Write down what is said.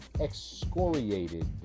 excoriated